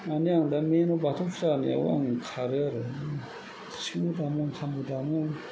माने आं दा मेइन आव बाथौ फुजा होनायाव आं खारो आरो सिफुंबो दामो खामबो दामो